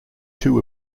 two